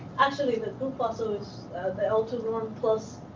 actually, the two plus is the l two norm plus